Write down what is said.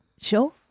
Sure